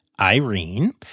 Irene